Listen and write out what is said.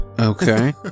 Okay